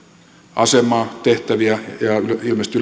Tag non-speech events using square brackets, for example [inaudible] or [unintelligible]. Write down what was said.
asemaa tehtäviä ja ilmeisesti [unintelligible]